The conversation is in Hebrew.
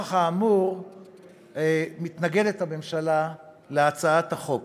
נוכח האמור מתנגדת הממשלה להצעת החוק.